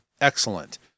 Excellent